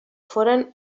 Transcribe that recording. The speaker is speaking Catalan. foren